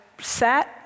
sat